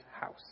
house